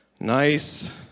Nice